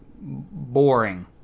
boring